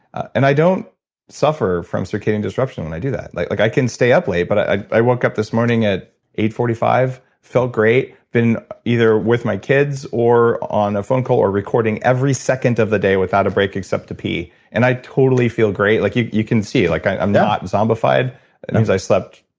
and i don't suffer from circadian disruption when i do that. like like i can stay up late, but i i woke up this morning at eight forty five, felt great. been either with my kids, or on a phone call, or recording every second of the day without a break except to pee. and i totally feel great, like you you can see like yeah i'm not zombified because i slept,